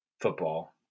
football